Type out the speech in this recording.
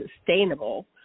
sustainable